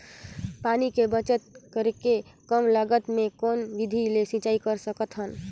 पानी के बचत करेके कम लागत मे कौन विधि ले सिंचाई कर सकत हन?